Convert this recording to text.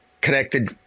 connected